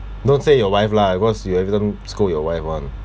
don't say your wife lah because you haven't scold your wife [one]